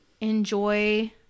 enjoy